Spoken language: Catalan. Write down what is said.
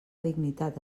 dignitat